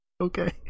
Okay